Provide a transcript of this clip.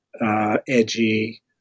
edgy